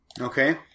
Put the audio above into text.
Okay